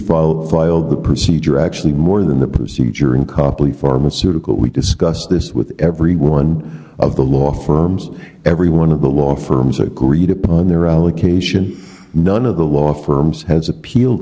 followed filed the procedure actually more than the procedure in copley pharmaceutical we discussed this with every one of the law firms every one of the law firms agreed upon their allocation none of the law firms has appealed